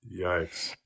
Yikes